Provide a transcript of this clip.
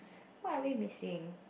what are we missing